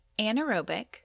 anaerobic